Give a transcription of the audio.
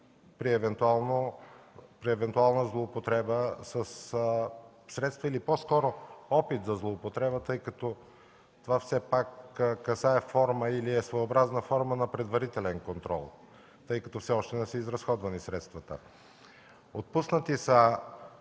при евентуална злоупотреба със средства или по-скоро опит за злоупотреба, тъй като все пак това касае и е своеобразна форма на предварителен контрол, тъй като средствата все още не са изразходвани. Отпуснати са